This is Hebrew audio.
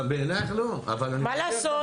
בעינייך לא, אבל אני מבקש.